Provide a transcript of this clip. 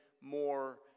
more